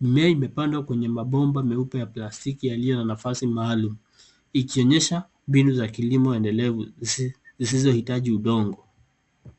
Mimea imepandwa kwenye mabomba meupe ya plastiki yaliyo na nafasi maalum, ikionyesha mbinu za kilimo endelevu zisizohitaji udongo.